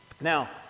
Now